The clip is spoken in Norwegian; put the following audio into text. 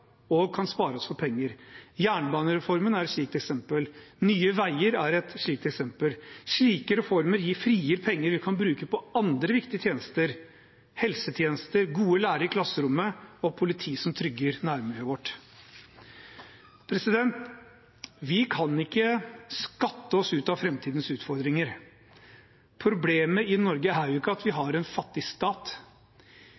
og kan spare penger for oss. Jernbanereformen er et slikt eksempel. Nye Veier et slikt eksempel. Slike reformer frigir penger vi kan bruke på andre viktige tjenester – helsetjenester, gode lærere i klasserommet og politi som trygger nærmiljøet vårt. Vi kan ikke skatte oss ut av framtidens utfordringer. Problemet i Norge er jo ikke at vi